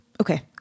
Okay